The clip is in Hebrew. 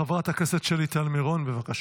חברת הכנסת שלי טל מירון, בבקשה.